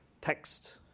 text